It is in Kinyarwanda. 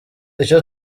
icyo